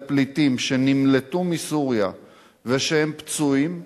לפליטים שנמלטו מסוריה ושהם פצועים,